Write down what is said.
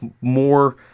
more